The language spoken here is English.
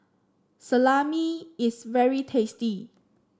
salami is very tasty